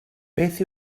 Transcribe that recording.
beth